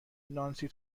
نانسی